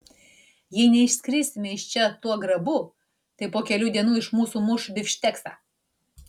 jei neišskrisime iš čia tuo grabu tai po kelių dienų iš mūsų muš bifšteksą